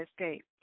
escape